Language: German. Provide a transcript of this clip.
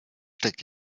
steckt